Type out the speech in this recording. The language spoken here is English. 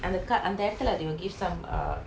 if you order a lot is it